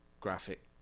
graphic